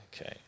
Okay